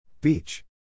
beach